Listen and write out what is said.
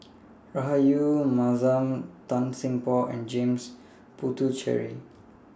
Rahayu Mahzam Tan Seng Poh and James Puthucheary